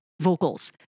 vocals